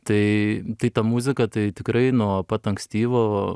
tai tai ta muzika tai tikrai nuo pat ankstyvo